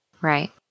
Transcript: Right